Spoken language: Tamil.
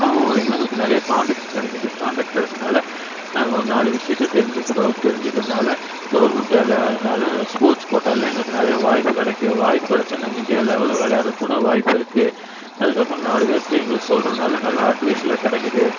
அவங்க மூலயமா எங்களுக்கு நிறைய கான்டெக்ட் கிடைக்குது கான்டெக்ட் கிடச்சனால நாங்கள் ஒரு நாலு விஷயத்த தெரிஞ்சிக்கிறோம் தெரிஞ்சிக்கிறனால கவர்மெண்ட் வேலை அதனால ஸ்போர்ட்ஸ் கோட்டால எங்களுக்கு நிறைய வாய்ப்பு கிடைக்கும் வாய்ப்பு கெடச்சா நாங்கள் இந்தியா லெவல்ல விளையாடுறக்கூட வாய்ப்பிருக்குது அதுக்கப்றம் நாலு பேர்கிட்ட எங்களுக்கு சொல்கிறனால நல்லா அட்வைஸ்லாம் கிடைக்குது